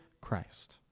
Christ